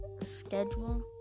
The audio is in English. schedule